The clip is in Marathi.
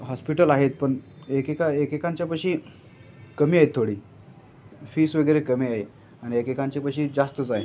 हॉस्पिटल आहेत पण एकेका एकेएकांच्यापाशी कमी आहेत थोडी फीस वगैरे कमी आहे आणि एकेकांच्यापाशी जास्तच आहे